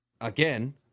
again